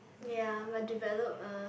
ya but develop uh